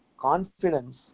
confidence